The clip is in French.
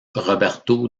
roberto